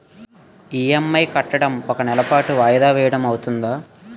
EMI కట్టడం ఒక నెల పాటు వాయిదా వేయటం అవ్తుందా?